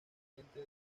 frente